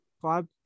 five